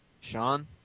Sean